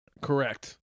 Correct